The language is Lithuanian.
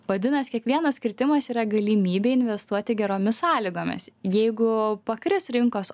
vadinas kiekvienas kritimas yra galimybė investuoti geromis sąlygomis jeigu pakris rinkos